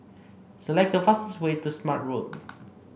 select the fastest way to Smart Road